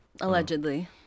Allegedly